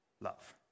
love